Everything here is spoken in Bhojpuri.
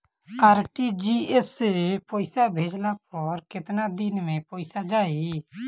आर.टी.जी.एस से पईसा भेजला पर केतना दिन मे पईसा जाई?